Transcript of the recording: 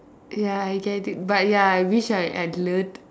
ya I get it but ya I wish I had learned